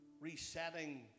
resetting